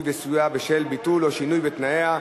וסיוע בשל ביטול טיסה או שינוי בתנאיה),